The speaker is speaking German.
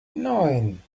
neun